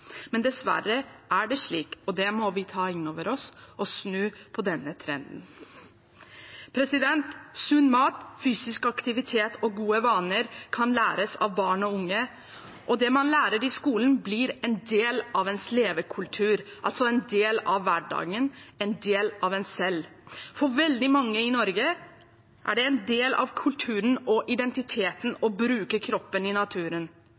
Men dessverre er det slik, og det må vi ta inn over oss, og vi må snu denne trenden. Sunn mat, fysisk aktivitet og gode vaner kan læres av barn og unge. Det man lærer i skolen, blir en del av ens kultur – en del av hverdagen, en del av en selv. For veldig mange i Norge er det en del av kulturen og identiteten å bruke kroppen i naturen.